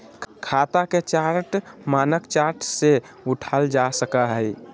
खाता के चार्ट मानक चार्ट से उठाल जा सकय हइ